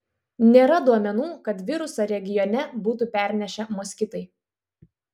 nėra duomenų kad virusą regione būtų pernešę moskitai